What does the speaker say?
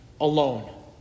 alone